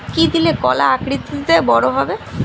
কি দিলে কলা আকৃতিতে বড় হবে?